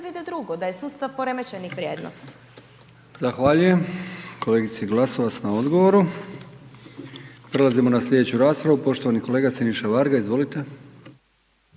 ne razumije./… **Brkić, Milijan (HDZ)** Zahvaljujem kolegici Glasovac na odgovoru. Prelazimo na sljedeću raspravu, poštovani kolega Siniša Varga, izvolite.